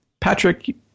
Patrick